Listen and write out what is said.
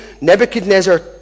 Nebuchadnezzar